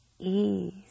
ease